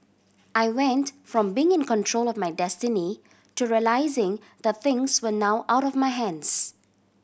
I went from being in control of my destiny to realising the things were now out of my hands